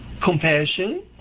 compassion